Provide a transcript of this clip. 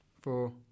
four